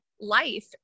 life